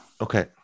Okay